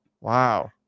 Wow